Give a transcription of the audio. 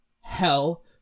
hell